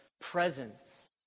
presence